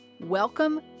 Welcome